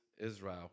Israel